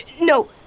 no